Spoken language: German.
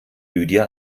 lydia